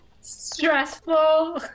Stressful